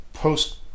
Post